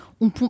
On